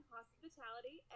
Hospitality